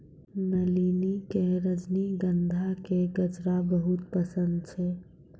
नलिनी कॅ रजनीगंधा के गजरा बहुत पसंद छै